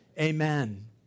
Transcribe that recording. amen